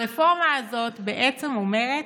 הרפורמה הזאת בעצם אומרת: